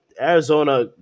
Arizona